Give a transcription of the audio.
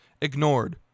ignored